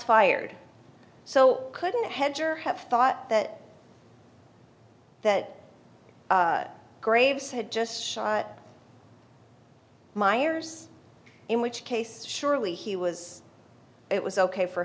fired so couldn't hedger have thought that that graves had just shot myers in which case surely he was it was ok for